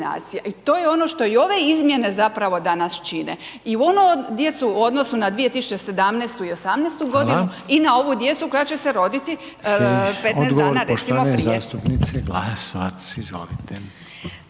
I to je ono što i ove izmjene zapravo danas čine i onu djecu u odnosu na 2017. i 2018. godinu i na ovu djecu koja će se roditi 15 dana recimo prije.